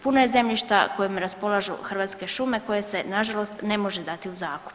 Puno je zemljišta kojim raspolažu Hrvatske šume koje se nažalost ne može dati u zakup.